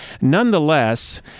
nonetheless